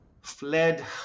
fled